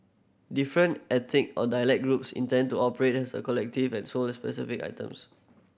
different ethnic or dialect groups intended to operate as a collective and sold specific items